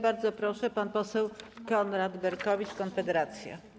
Bardzo proszę, pan poseł Konrad Berkowicz, Konfederacja.